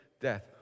death